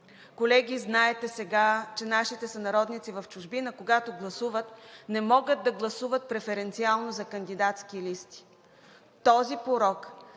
Колеги, знаете сега, че нашите сънародници в чужбина, когато гласуват, не могат да гласуват преференциално за кандидатски листи. Този порок